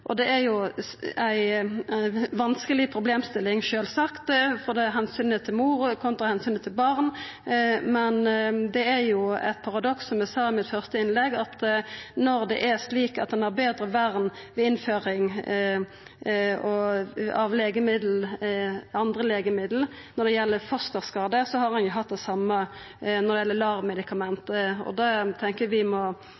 Det er ei vanskeleg problemstilling, sjølvsagt, for det er omsynet til mor kontra omsynet til barn, men det er jo eit paradoks, som eg sa i mitt første innlegg, når det er slik at ein har betre vern ved innføring av andre legemiddel når det gjeld fosterskadar, enn når det gjeld LAR-medikament, og det tenkjer eg vi må ta med oss. Vi er opptatt av at det